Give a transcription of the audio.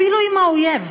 ואפילו אם הוא אויב,